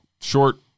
short